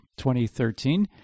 2013